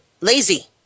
lazy